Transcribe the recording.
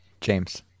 james